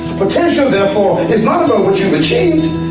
potential therefore is not about what you've achieved,